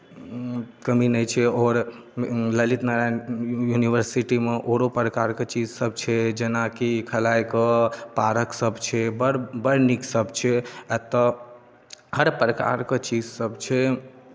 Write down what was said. कमी नहि छै आओर ललित नारायण यूनिवर्सिटीमे आओरो प्रकारके चीजसभ छै जेना कि खेलाइके पार्कसभ छै बड़ बड़ नीकसभ छै एतय हर प्रकारके चीजसभ छै